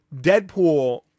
Deadpool